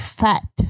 fat